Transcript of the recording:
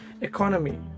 economy